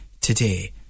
today